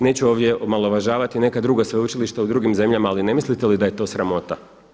Neću ovdje omalovažavati neka druga sveučilišta u nekim drugim zemljama, ali ne mislite li da je to sramota?